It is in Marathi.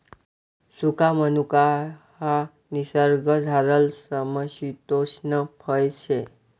सुका मनुका ह्या निसर्गमझारलं समशितोष्ण फय शे